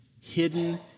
hidden